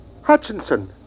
Hutchinson